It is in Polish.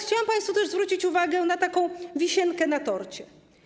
Chciałabym państwu zwrócić uwagę na taką wisienkę na torcie.